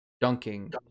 dunking